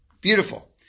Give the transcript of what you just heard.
Beautiful